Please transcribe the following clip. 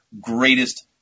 greatest